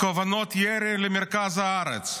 כוונות ירי למרכז הארץ,